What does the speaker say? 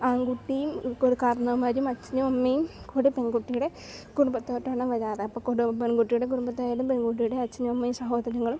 ആൺകുട്ടിയും കാരണവന്മാരും അച്ഛനും അമ്മയും കൂടെ പെൺകുട്ടിയുടെ കുടുംബത്തോട്ടാണ് വരാറുള്ളത് അപ്പം പെൺകുട്ടിയുടെ കുടുംബത്തിലായാലും പെൺകുട്ടിയുടെ അച്ഛനും അമ്മയും സഹോദരങ്ങളും